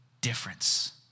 difference